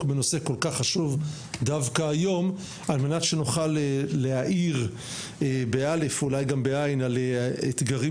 בנושא כל כך חשוב דווקא היום על מנת שנוכל להאיר ולהעיר על האתגרים